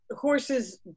horses